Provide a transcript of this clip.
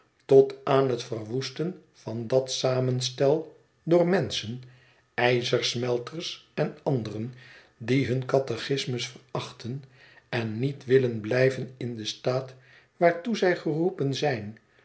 tot aan het verwoesten van dat samenstel door menschen ijzersmelters en anderen die hun catechismus verachten en niet willen blijven in den staat waartoe zij geroepen zijn